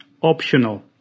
optional